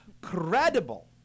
credible